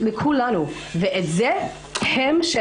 לכולנו, ואת זה הם רוצים.